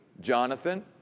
Jonathan